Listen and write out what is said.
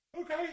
Okay